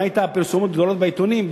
ראית פרסומות גדולות בעיתונים?